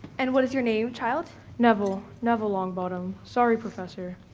and what is your name, child? neville, neville longbottom. sorry professor.